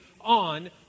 on